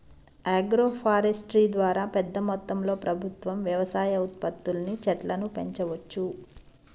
agro forestry ద్వారా పెద్ద మొత్తంలో ప్రభుత్వం వ్యవసాయ ఉత్పత్తుల్ని చెట్లను పెంచవచ్చు